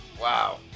wow